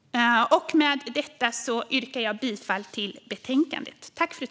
Med detta yrkar jag bifall till förslaget i betänkandet.